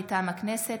מטעם הכנסת,